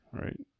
Right